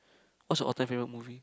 what's your all time favourite movie